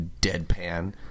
deadpan